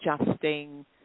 adjusting